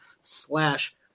slash –